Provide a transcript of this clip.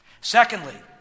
Secondly